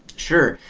sure.